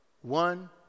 one